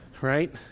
right